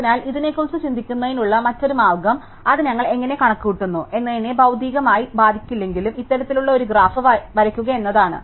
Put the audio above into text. അതിനാൽ ഇതിനെക്കുറിച്ച് ചിന്തിക്കുന്നതിനുള്ള മറ്റൊരു മാർഗ്ഗം അത് ഞങ്ങൾ എങ്ങനെ കണക്കുകൂട്ടുന്നു എന്നതിനെ ഭൌതികമായി ബാധിക്കില്ലെങ്കിലും ഇത്തരത്തിലുള്ള ഒരു ഗ്രാഫ് വരയ്ക്കുക എന്നതാണ്